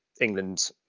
england